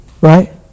Right